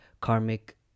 karmic